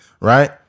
Right